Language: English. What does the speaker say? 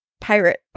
pirate